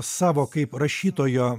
savo kaip rašytojo